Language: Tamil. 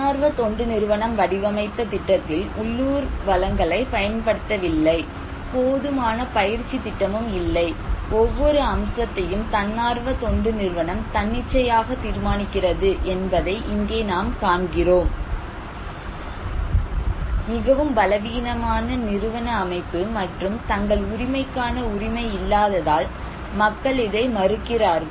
தன்னார்வ தொண்டு நிறுவனம் வடிவமைத்த திட்டத்தில் உள்ளூர் வளங்களைப் பயன்படுத்தவில்லை போதுமான பயிற்சி திட்டமும் இல்லை ஒவ்வொரு அம்சத்தையும் தன்னார்வ தொண்டு நிறுவனம் தன்னிச்சையாக தீர்மானிக்கிறது என்பதை இங்கே நாம் காண்கிறோம் மிகவும் பலவீனமான நிறுவன அமைப்பு மற்றும் தங்கள் உரிமைக்கான உரிமை இல்லாததால் மக்கள் இதை மறுக்கிறார்கள்